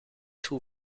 two